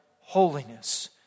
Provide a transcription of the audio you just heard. holiness